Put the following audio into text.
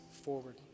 forward